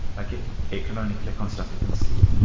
like it it can only click on stuff it can see.